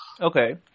Okay